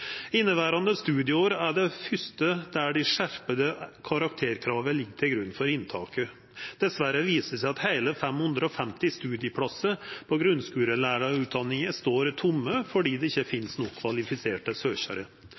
Inneverande studieår er det første der dei skjerpa karakterkrava ligg til grunn for inntaket. Dessverre viser det seg at heile 550 studieplassar på grunnskulelærarutdanninga står tomme fordi det ikkje finst nok kvalifiserte søkjarar.